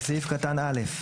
בסעיף קטן (א),